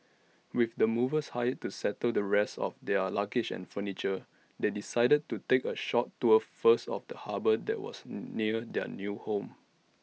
with the movers hired to settle the rest of their luggage and furniture they decided to take A short tour first of the harbour that was near their new home